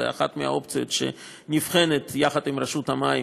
זו אחת מהאופציות שנבחנות יחד עם רשות המים